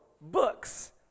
books